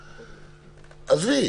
עזבי.